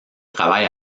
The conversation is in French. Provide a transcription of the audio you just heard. travail